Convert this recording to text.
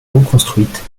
reconstruite